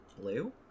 blue